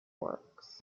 works